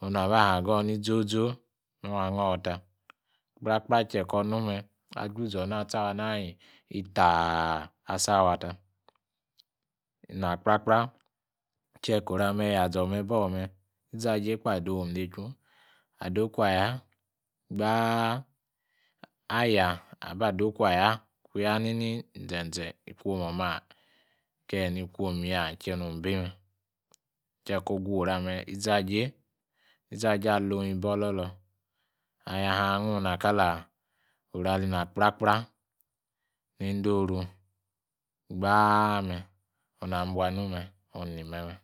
Alaa hagor ni zozo nor nu angor ta. Kpra kpra ke kor nu me', aju zor ha achawa hai taa, asawa tao tha kprakpra. Ke ko ruame ya zor na me bi ome"! izaje kpa adungiom nechu. Adoku aya ghaa. Aya aba'dokuya kun nu nini inzeze ikuom oma, ke ni kuonya, ke nung ibi me. Ke kor ku orua me izajei alung abi ololor, agor angi amung kali orn abi na kpra kpra ni ondoru gbaa onu nami'bua nu me' ni me'.